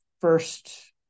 first